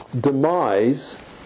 demise